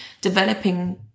developing